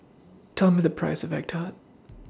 Tell Me The Price of Egg Tart